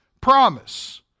promise